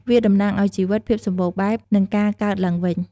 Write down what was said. វាតំណាងឱ្យជីវិត ភាពសម្បូរបែប និងការកើតឡើងវិញ។